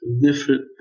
different